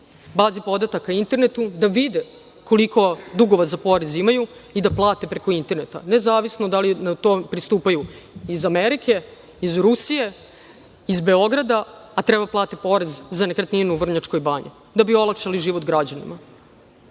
bazi podataka i internetu, da vide koliko dugova za porez imaju i da plate preko interneta, nezavisno da li na to pristupaju iz Amerike, iz Rusije, iz Beograda, a treba da plate porez za nekretninu u Vrnjačkoj Banji, da bi olakšali život građanima.